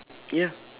ya